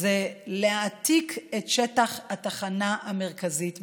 להעתיק את שטח התחנה המרכזית מהמקום.